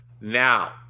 Now